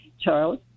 Charles